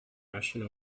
rushing